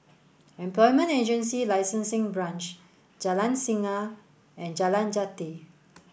Employment Agency Licensing Branch Jalan Singa and Jalan Jati